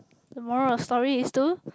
the moral of the story is to